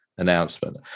Announcement